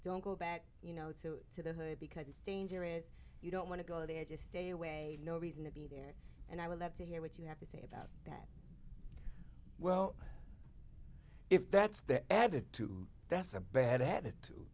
don't go back you know to the hood because it's dangerous you don't want to go there just a way no reason to be there and i would love to hear what you have to say about well if that's the added to that's a bad